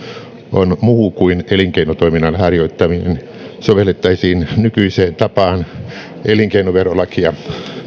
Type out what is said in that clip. on muu kuin elinkeinotoiminnan harjoittaminen sovellettaisiin nykyiseen tapaan elinkeinoverolakia